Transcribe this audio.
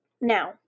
Now